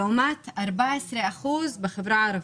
לעומת 14% בחברה הערבית.